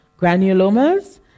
granulomas